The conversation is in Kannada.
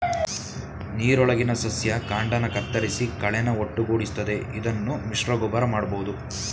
ನೀರೊಳಗಿನ ಸಸ್ಯ ಕಾಂಡನ ಕತ್ತರಿಸಿ ಕಳೆನ ಒಟ್ಟುಗೂಡಿಸ್ತದೆ ಇದನ್ನು ಮಿಶ್ರಗೊಬ್ಬರ ಮಾಡ್ಬೋದು